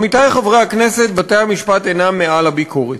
עמיתי חברי הכנסת, בתי-המשפט אינם מעל הביקורת.